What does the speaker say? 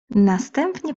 następnie